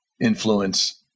influence